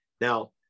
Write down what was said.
Now